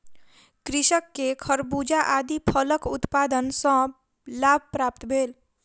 कृषक के खरबूजा आदि फलक उत्पादन सॅ लाभ प्राप्त भेल